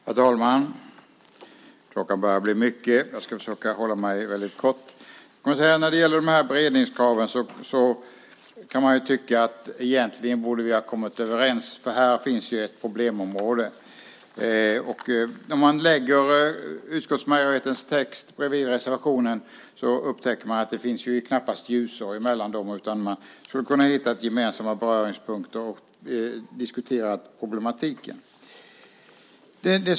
Herr talman! Klockan börjar bli mycket så jag ska försöka fatta mig kort. Man kan tycka att vi egentligen borde ha kommit överens när det gäller beredningskraven. Här finns ett problemområde. När man lägger utskottsmajoritetens text bredvid reservationen upptäcker man att det knappast är ljusår mellan dem. Man skulle ha kunnat hitta gemensamma beröringspunkter och diskuterat problematiken.